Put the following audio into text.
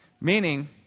Meaning